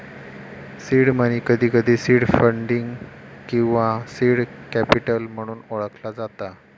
seed money, कधीकधी seed funding किंवा seed capital म्हणून ओळखला जाता